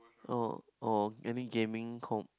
oh oh any gaming com~